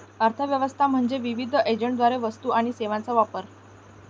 अर्थ व्यवस्था म्हणजे विविध एजंटद्वारे वस्तू आणि सेवांचा वापर